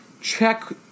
Check